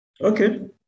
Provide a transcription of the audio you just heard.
Okay